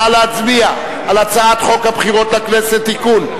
נא להצביע על הצעת חוק הבחירות לכנסת (תיקון,